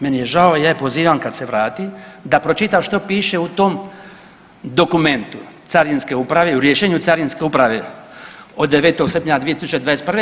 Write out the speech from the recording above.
Meni je žao i ja je pozivam kad se vrati da pročita što piše u tom dokumentu Carinske uprave u rješenju Carinske uprave od 9. srpnja 2021.